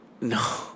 No